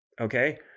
Okay